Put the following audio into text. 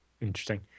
interesting